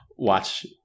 watch